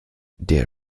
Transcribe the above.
der